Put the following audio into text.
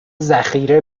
ذخیره